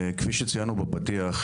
כפי שציינו בפתיח,